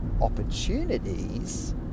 opportunities